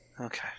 okay